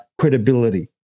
credibility